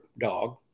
dog